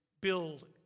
build